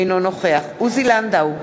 אינו נוכח עוזי לנדאו,